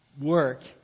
work